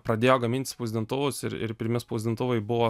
pradėjo gamint spausdintuvus ir ir pirmi spausdintuvai buvo